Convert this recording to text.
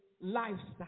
lifestyle